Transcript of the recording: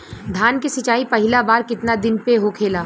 धान के सिचाई पहिला बार कितना दिन पे होखेला?